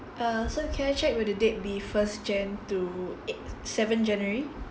err so can I check will the date be first jan to eight seven january